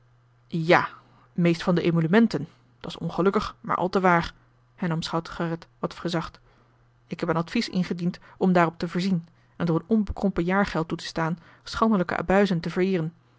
ja meest van de emolumenten dat's ongelukkig maar al te waar hernam schout gerrit wat verzacht ik heb een advies ingediend om daarop te voorzien en door een onbekrompen jaargeld toe te staan schandelijke abuizen te